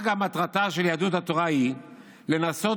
מטרתה של יהדות התורה היא גם לנסות